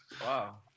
Wow